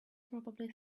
probably